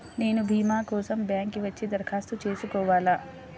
నేను భీమా కోసం బ్యాంక్కి వచ్చి దరఖాస్తు చేసుకోవాలా?